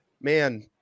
man